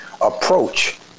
approach